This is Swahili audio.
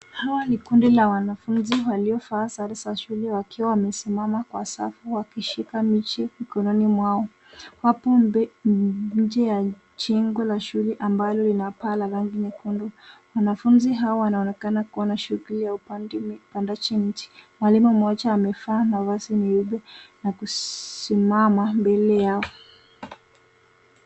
Hawa ni kundi la wanafunzi waliovaa sare za shule wakiwa wamesimama kwa safu wakishika miche mikononi mwao wapo nje ya jengo la shule ambalo lina paa la rangi nyekundu. Wanafunzi hawa wanaonekana kuwa na shughuli ya upandaji miche. Mwalimu moja amevaa mavazi nyeupe na kusimama mbele yao.